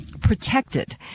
protected